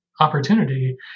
opportunity